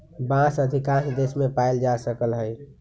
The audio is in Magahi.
बांस अधिकांश देश मे पाएल जा सकलई ह